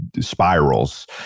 spirals